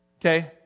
Okay